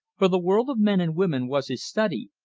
for the world of men and women was his study,